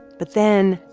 but then,